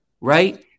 Right